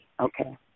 Okay